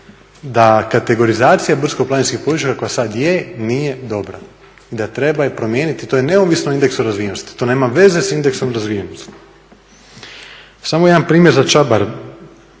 da kategorizacija brdsko-planinskih područja koja sad je, nije dobra i da treba je promijeniti. To je neovisno o indeksu razvijenosti, to nema veze s indeksom razvijenosti. Samo jedan primjer za Čabar